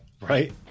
Right